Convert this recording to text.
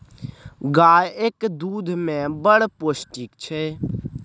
गाएक दुध मे बड़ पौष्टिक छै